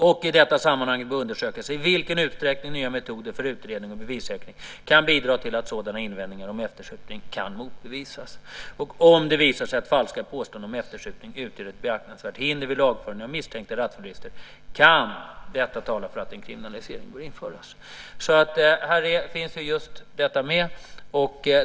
Och i detta sammanhang bör det undersökas i vilken utsträckning nya metoder för utredning och bevissäkring kan bidra till att sådana invändningar om eftersupning kan motbevisas. Om det visar sig att falska påståenden om eftersupning utgör ett beaktansvärt hinder vid lagföring av misstänkta rattfyllerister kan detta tala för att en kriminalisering bör införas. Just detta finns alltså med här.